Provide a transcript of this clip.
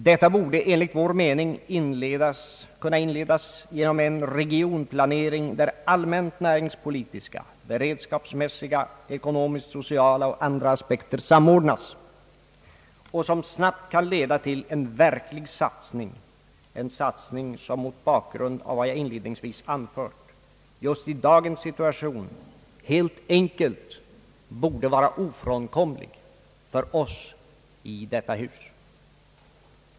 Detta borde enligt vår mening kunna inledas genom en regionplanering där allmänt näringspolitiska, beredskapsmässiga, ekonomisk-sociala och andra aspekter samordnas och som snabbt kan leda till en verklig satsning, en satsning som mot bakgrund av vad jag inledningsvis anfört just i dagens situation helt enkelt borde vara ofrånkomlig för oss i detta hus.